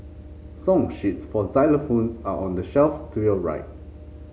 song sheets for xylophones are on the shelf to your right